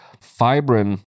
fibrin